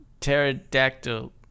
pterodactyl